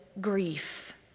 grief